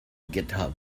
github